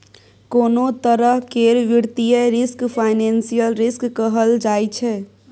कोनों तरह केर वित्तीय रिस्क फाइनेंशियल रिस्क कहल जाइ छै